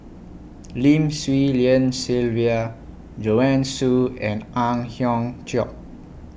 Lim Swee Lian Sylvia Joanne Soo and Ang Hiong Chiok